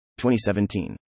2017